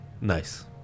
Nice